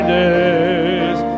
days